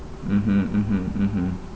mmhmm mmhmm mmhmm